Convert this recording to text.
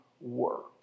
work